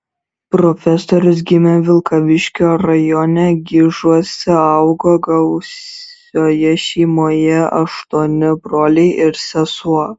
profesorius gimė vilkaviškio rajone gižuose augo gausioje šeimoje aštuoni broliai ir sesuo